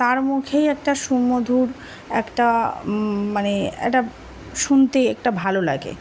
তার মুখেই একটা সুমধুর একটা মানে একটা শুনতে একটা ভালো লাগে